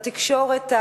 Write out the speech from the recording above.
בתקשורת,